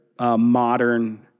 modern